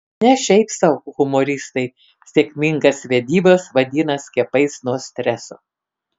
ne šiaip sau humoristai sėkmingas vedybas vadina skiepais nuo streso